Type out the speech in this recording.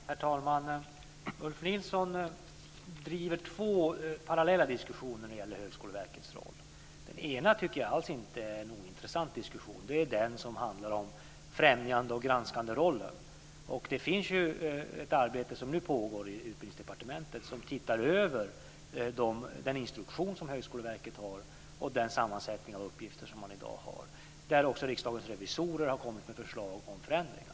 Herr talman! Ulf Nilsson driver två parallella diskussioner när det gäller Högskoleverkets roll. Den ena diskussionen tycker jag alls inte är ointressant. Den gäller främjande och granskanderollen. Ett arbete pågår nu i Utbildningsdepartementet för att se över den instruktion som Högskoleverket har och den sammansättning av uppgifter som man i dag har. Också Riksdagens revisorer har kommit med förslag om förändringar.